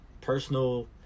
personal